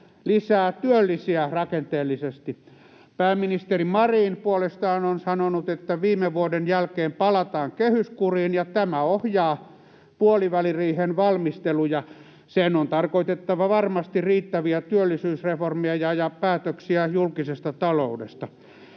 lisää työllisiä rakenteellisesti. Pääministeri Marin puolestaan on sanonut, että viime vuoden jälkeen palataan kehyskuriin ja tämä ohjaa puoliväliriihen valmisteluja. Sen on tarkoitettava varmasti riittäviä työllisyysreformeja ja päätöksiä julkisesta taloudesta.